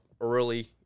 early